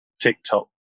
TikTok